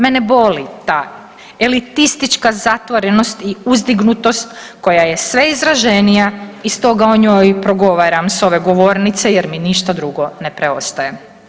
Mene boli ta elitistička zategnutost i uzdignutost koja je sve izraženija i stoga o njoj progovaram s ove govornice jer mi ništa drugo ne preostaje.